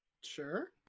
sure